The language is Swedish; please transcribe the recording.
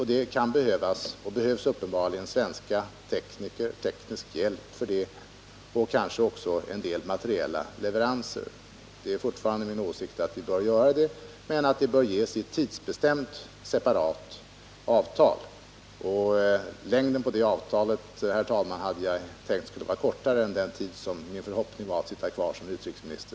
Uppenbarligen är det nödvändigt med svensk teknisk hjälp för det, kanske också med en del materiella leveranser. Det är fortfarande min åsikt att vi bör hjälpa till med detta, men att det bör göras genom ett tidsbestämt, separat avtal. Längden på det avtalet, herr talman, hade jag tänkt skulle vara kortare än den tid som det var min förhoppning att sitta kvar som utrikesminister.